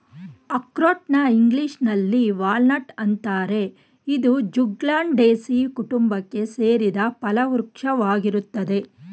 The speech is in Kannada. ಅಖ್ರೋಟ್ನ ಇಂಗ್ಲೀಷಿನಲ್ಲಿ ವಾಲ್ನಟ್ ಅಂತಾರೆ ಇದು ಜ್ಯೂಗ್ಲಂಡೇಸೀ ಕುಟುಂಬಕ್ಕೆ ಸೇರಿದ ಫಲವೃಕ್ಷ ವಾಗಯ್ತೆ